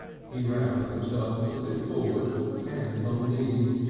he roused himself to sit forward hands on knees,